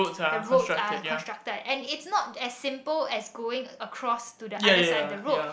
the roads and constructed and it's not as simple as going across to the other side of the road